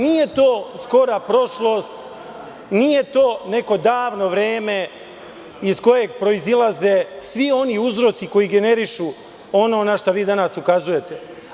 Nije to skora prošlost, nije to neko davno vreme iz kojeg proizilaze svi oni uzroci koji generišu ono na šta vi danas ukazujete.